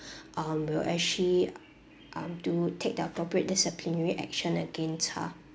um we will actually um do take the appropriate disciplinary action against her